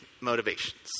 motivations